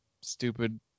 stupid